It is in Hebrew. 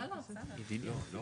הצבעה בעד, רוב